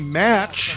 match